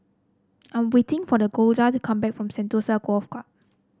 I'm waiting for the Golda come back from Sentosa Golf Club